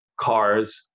cars